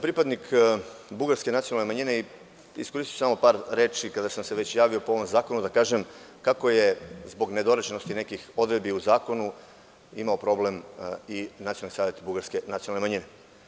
Pripadnik sam bugarske nacionalne manjine i iskoristiću samo par reči, kada sam se već javio po ovom zakonu, da kažem kako je zbog nedorečenosti nekih odredbi u zakonu imao problem i Nacionalni savet bugarske nacionalne manjine.